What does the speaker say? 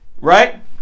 Right